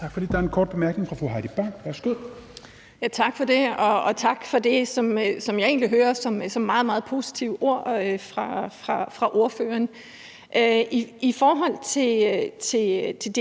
Tak for det. Der er en kort bemærkning fra fru Heidi Bank. Værsgo. Kl. 16:52 Heidi Bank (V): Tak, og tak for det, som jeg egentlig hører som nogle meget, meget positive ord fra ordføreren. I forhold til